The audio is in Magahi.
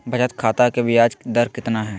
बचत खाता के बियाज दर कितना है?